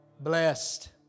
Blessed